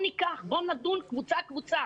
בואו נדון קבוצה-קבוצה.